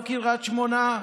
לא קריית שמונה.